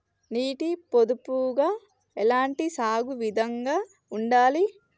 నీటి పొదుపుగా ఎలాంటి సాగు విధంగా ఉండాలి?